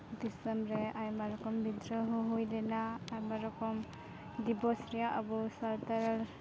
ᱫᱤᱥᱚᱢ ᱨᱮ ᱟᱭᱢᱟ ᱨᱚᱠᱚᱢ ᱵᱤᱫᱽᱫᱨᱚᱦᱚ ᱦᱚᱸ ᱦᱩᱭᱞᱮᱱᱟ ᱟᱭᱢᱟ ᱨᱚᱠᱚᱢ ᱫᱤᱵᱚᱥ ᱨᱮᱭᱟᱜ ᱟᱵᱚ ᱥᱟᱱᱛᱟᱲ